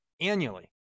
annually